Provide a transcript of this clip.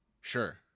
sure